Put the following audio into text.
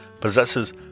possesses